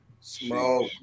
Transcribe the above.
Smoke